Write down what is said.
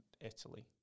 italy